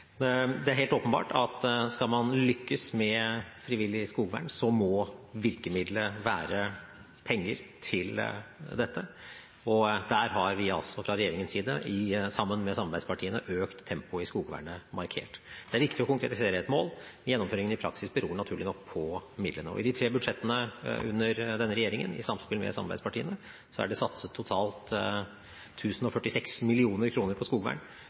dette. Der har vi fra regjeringens side, sammen med samarbeidspartiene, økt tempoet i skogvernet markert. Det er viktig å konkretisere et mål, gjennomføringen i praksis beror naturlig nok på midlene. I de tre budsjettene under denne regjeringen – i samspill med samarbeidspartiene – er det satset totalt 1 046 mill. kr på skogvern.